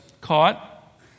caught